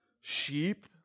Sheep